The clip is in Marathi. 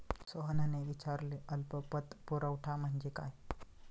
सोहनने विचारले अल्प पतपुरवठा म्हणजे काय?